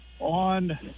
on